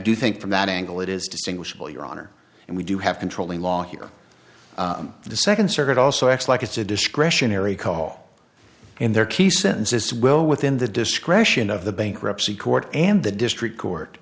do think from that angle it is distinguishable your honor and we do have controlling law here the second circuit also acts like it's a discretionary call and their key sentence is well within the discretion of the bankruptcy court and the district court